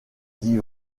dit